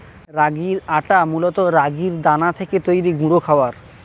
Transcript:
রাগির আটা মূলত রাগির দানা থেকে তৈরি গুঁড়ো খাবার